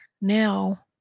now